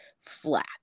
flat